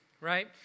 right